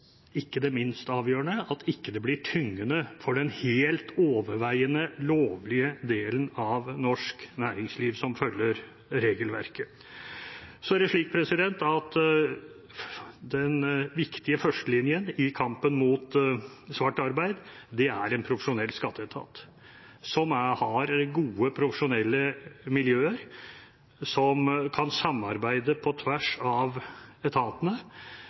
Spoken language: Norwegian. ikke minst er det avgjørende at det ikke blir tyngende for den helt overveiende lovlige delen av norsk næringsliv, som følger regelverket. Den viktige førstelinjen i kampen mot svart arbeid er en profesjonell skatteetat, som har gode profesjonelle miljøer som kan samarbeide på tvers av etatene.